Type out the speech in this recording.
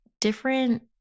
different